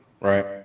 Right